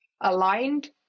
aligned